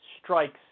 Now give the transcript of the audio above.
strikes